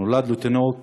נולד לו תינוק